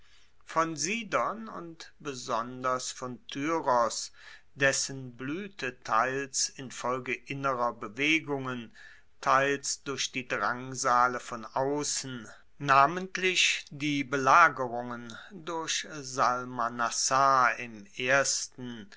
von sidon und besonders von tyros dessen bluete teils infolge innerer bewegungen teils durch die drangsale von aussen namentlich die belagerungen durch salmanassar im ersten